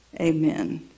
amen